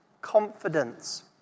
confidence